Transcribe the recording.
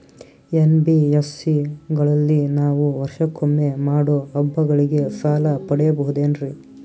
NBSC ಗಳಲ್ಲಿ ನಾವು ವರ್ಷಕೊಮ್ಮೆ ಮಾಡೋ ಹಬ್ಬಗಳಿಗೆ ಸಾಲ ಪಡೆಯಬಹುದೇನ್ರಿ?